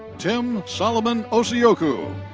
tim solomon osiyoku.